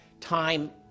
time